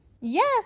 Yes